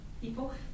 people